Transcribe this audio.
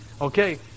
Okay